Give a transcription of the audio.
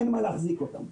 אין מה להחזיק אותם.